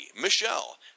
Michelle